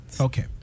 Okay